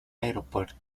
aeropuerto